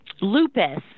lupus